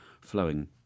flowing